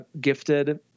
gifted